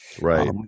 Right